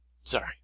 Sorry